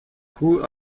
grew